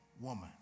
woman